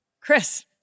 Chris